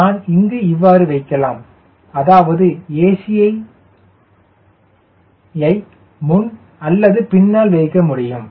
நான் இங்கு இவ்வாறு வைக்கலாம் அதாவது ac யை முன் அல்லது பின்னால் வைக்க முடியும்